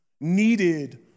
needed